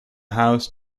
house